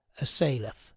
assaileth